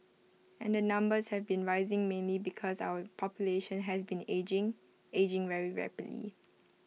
and the numbers have been rising mainly because our population has been ageing ageing very rapidly